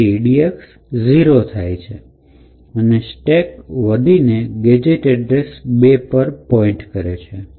તેથી edx zero થાય છે અને સ્ટેક વધીને ગેજેટ એડ્રેસ બે પર પોઇન્ટ કરે છે